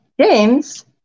James